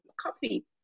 coffee